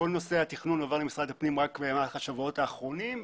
כל נושא התכנון הועבר למשרד הפנים רק במהלך השבועות האחרונים.